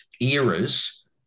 eras